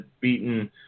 beaten